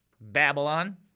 Babylon